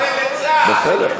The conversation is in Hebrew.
אדוני היושב-ראש,